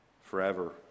forever